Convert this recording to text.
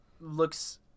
looks